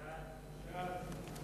סעיף 1